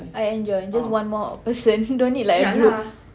I enjoy just one more person don't need like a group